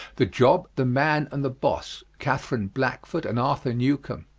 the job, the man, and the boss, katherine blackford and arthur newcomb.